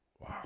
Wow